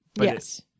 Yes